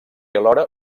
alhora